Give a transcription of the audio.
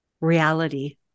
reality